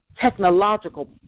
technological